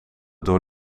door